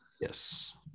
yes